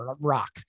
rock